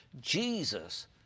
Jesus